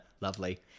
Lovely